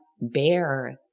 bear